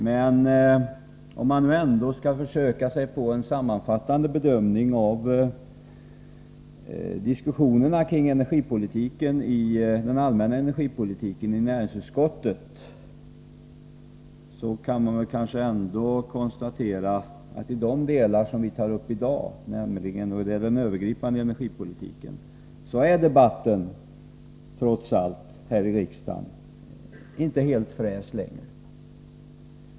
Men om man ändå skall försöka sig på en sammanfattande bedömning av diskussionerna i näringsutskottet om den allmänna energipolitiken kan man kanske konstatera att beträffande den övergripande energipolitiken, som vi tar upp i dag, är debatten här i riksdagen trots allt inte helt fräsch längre.